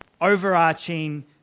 overarching